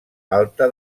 alta